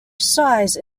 size